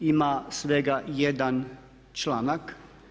Ima svega jedan članak.